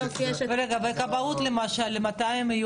בסוף יש את --- רגע, כבאות למשל, למתי הם יהיו?